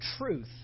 truth